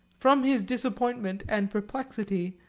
from his disappointment and perplexity,